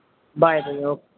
bye bye okay